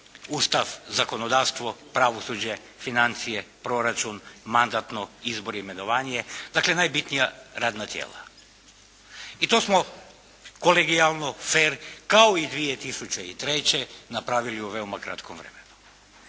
Ustav, zakonodavstvo, pravosuđe, financije, proračun, mandatno, izbor i imenovanje, dakle najbitnija radna tijela. I to smo kolegijalno, fer kao i 2003. napravili u veoma kratkom vremenu.